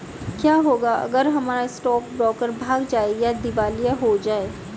क्या होगा अगर हमारा स्टॉक ब्रोकर भाग जाए या दिवालिया हो जाये?